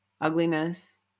ugliness